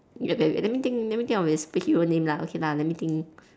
wait wait let me think let me think of your superhero name lah okay lah let me think